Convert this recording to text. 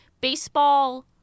baseball